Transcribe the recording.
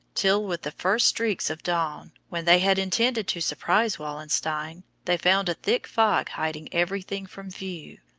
till with the first streaks of dawn, when they had intended to surprise wallenstein, they found a thick fog hiding everything from view.